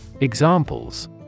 Examples